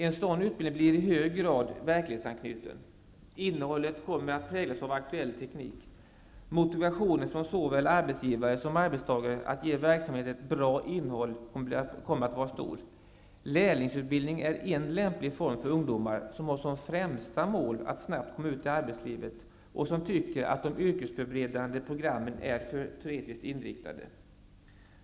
En sådan utbildning blir i hög grad verklighetsanknuten. Innehållet kommer att präglas av aktuell teknik. Motivationen från såväl arbetsgivare som arbetstagare att ge verksamheten ett bra innehåll kommer att vara stor. Lärlingsutbildningen är en lämplig form för ungdomar som har som främsta mål att snabbt komma ut i arbetslivet och som tycker att de yrkesförberedande programmen är för teoretiskt inriktade.